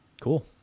cool